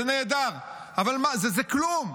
זה נהדר, אבל מה, זה כלום,